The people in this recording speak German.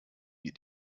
die